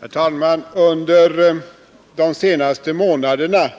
Herr talman! Under de senaste månaderna